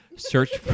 Search